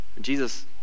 Jesus